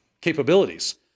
capabilities